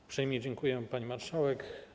Uprzejmie dziękuję, pani marszałek.